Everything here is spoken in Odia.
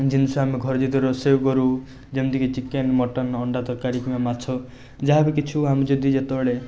ଜିନିଷ ଆମେ ଘରେ ଯେହେତୁ ରୋଷେଇ କରୁ ଯେମିତିକି ଚିକେନ୍ ମଟନ୍ ଅଣ୍ଡା ତରକାରୀ କିମ୍ବା ମାଛ ଯାହାବି କିଛି ହେଉ ଆମେ ଯଦି ଯେତେବେଳେ